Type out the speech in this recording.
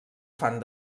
fan